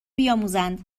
بیاموزند